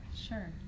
Sure